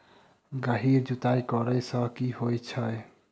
गहिर जुताई करैय सँ की होइ छै?